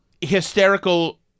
hysterical